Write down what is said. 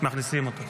מכניסים אותו.